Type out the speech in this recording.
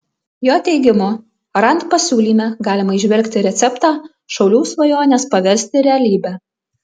jo teigimu rand pasiūlyme galima įžvelgti receptą šaulių svajones paversti realybe